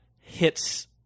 hits